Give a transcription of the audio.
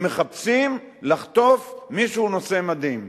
הם מחפשים לחטוף מישהו נושא מדים.